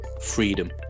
freedom